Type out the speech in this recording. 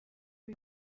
uyu